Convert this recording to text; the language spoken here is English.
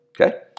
okay